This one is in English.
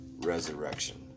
resurrection